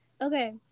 Okay